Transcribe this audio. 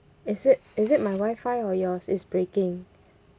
is it is it my wi-fi or yours it's breaking